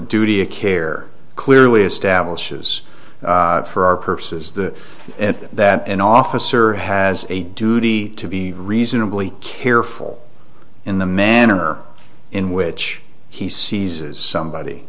duty of care clearly establishes for our purposes that that an officer has a duty to be reasonably careful in the manner in which he sees somebody